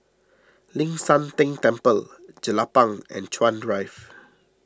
Ling San Teng Temple Jelapang and Chuan Drive